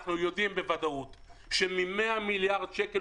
אנחנו יודעים בוודאות שמ-100 מיליארד שקל